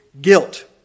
guilt